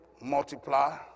Multiply